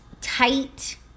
tight